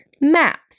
maps